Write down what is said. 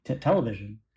television